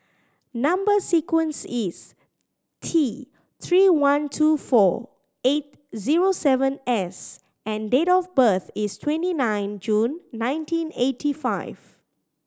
number sequence is T Three one two four eight zero seven S and date of birth is twenty nine June nineteen eighty five